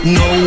no